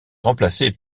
remplacés